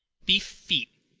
beef feet.